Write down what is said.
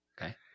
okay